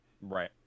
Right